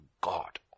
God